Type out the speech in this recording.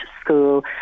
school